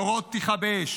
בהוראות פתיחה באש,